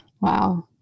Wow